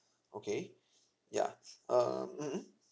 okay yeah um mm mm